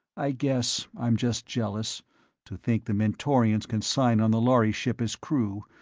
i guess i'm just jealous to think the mentorians can sign on the lhari ship as crew,